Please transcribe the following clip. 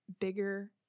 bigger